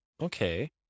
Okay